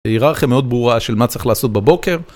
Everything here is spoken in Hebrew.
היררכיה מאוד ברורה של מה צריך לעשות בבוקר.